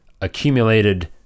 accumulated